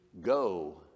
Go